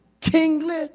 kingly